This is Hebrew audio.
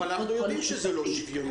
אבל אנחנו יודעים הרי שזה לא שוויוני,